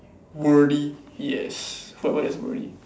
worthy yes the word is worthy